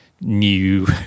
new